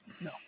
No